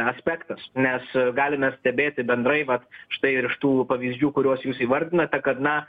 aspektas nes galime stebėti bendrai vat štai ir iš tų pavyzdžių kuriuos jūs įvardinate kad na